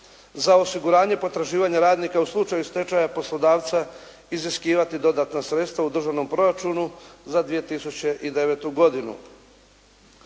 za osiguranje potraživanja radnika u slučaju stečaja poslodavca iziskivati dodatna sredstva u državnom proračunu za 2009. godinu